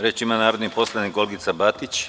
Reč ima narodni poslanik Olgica Batić.